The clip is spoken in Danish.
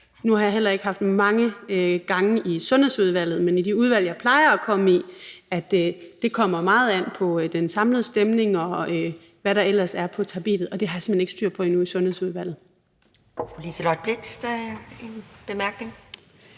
Nu har jeg heller ikke haft mange gange i Sundhedsudvalget, men i de udvalg, jeg plejer at komme i, kommer det meget an på den samlede stemning, og hvad der ellers er på tapetet, og det har jeg simpelt hen ikke styr på endnu i Sundhedsudvalget. Kl. 12:57 Anden